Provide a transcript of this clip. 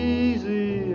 easy